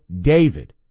David